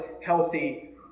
healthy